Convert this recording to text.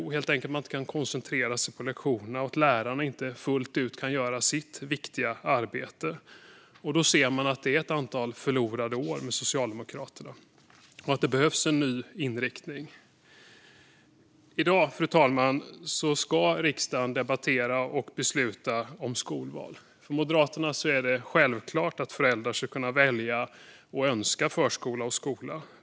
De kan helt enkelt inte koncentrera sig på lektionerna, och lärarna kan inte fullt ut göra sitt viktiga arbete. Då ser man att det är ett antal förlorade år med Socialdemokraterna och att det behövs en ny inriktning. Fru talman! I dag ska riksdagen debattera och besluta om skolval. För Moderaterna är det självklart att föräldrar ska kunna välja och önska förskola och skola.